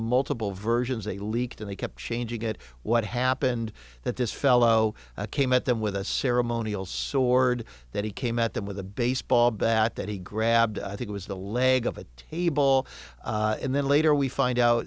multiple versions they leaked and they kept changing it what happened that this fellow came at them with a ceremonial sword that he came at them with a baseball bat that he grabbed i think was the leg of a table and then later we find out